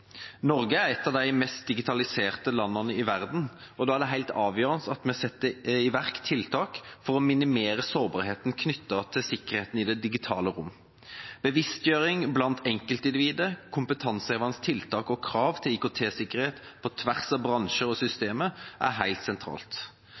Norge er et av de mest digitaliserte landene i verden. Da er det helt avgjørende at vi setter i verk tiltak for å minimere sårbarheten knyttet til sikkerheten i det digitale rom. Bevisstgjøring blant enkeltindivider, kompetansehevende tiltak og krav til IKT-sikkerhet på tvers av bransjer og